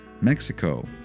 Mexico